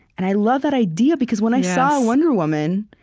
and i love that idea, because when i saw wonder woman,